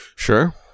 Sure